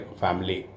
family